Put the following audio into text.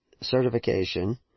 certification